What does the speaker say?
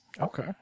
Okay